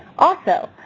also,